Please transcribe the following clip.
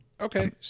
Okay